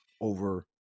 over